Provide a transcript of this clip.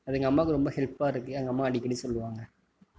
அது எங்கள் அம்மாவுக்கு ரொம்ப ஹெல்பாக இருக்கு எங்கள் அம்மா அடிக்கடி சொல்வாங்க